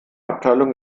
abteilung